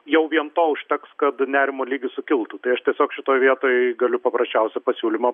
jau vien to užteks kad nerimo lygis sukiltų tai aš tiesiog šitoj vietoj galiu paprasčiausią pasiūlymą